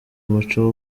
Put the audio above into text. umuco